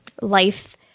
life